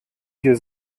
hier